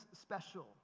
special